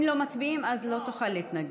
אם לא מצביעים, לא תוכל להתנגד.